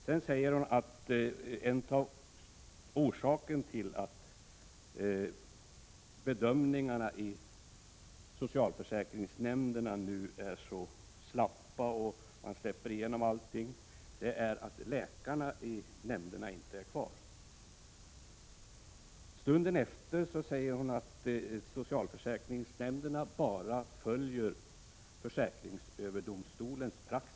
Hon säger att en av orsakerna till att bedömningarna i socialförsäkringsnämnderna nu är så slappa, dvs. att man släpper igenom allting, är att läkarna i nämnderna inte är kvar. Stunden efter säger hon att socialförsäkringsnämnderna bara följer försäkringsöverdomstolens praxis.